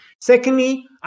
Secondly